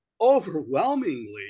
overwhelmingly